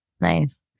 Nice